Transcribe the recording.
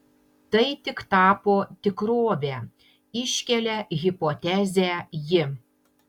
tai tik tapo tikrove iškelia hipotezę ji